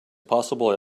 possible